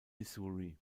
missouri